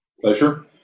Pleasure